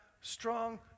strong